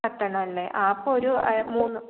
പത്തെണ്ണം അല്ലേ ആ അപ്പോൾ ഒരു മൂന്ന്